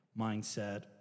mindset